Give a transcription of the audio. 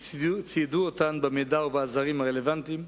וציידו אותן במידע ובעזרים הרלוונטיים,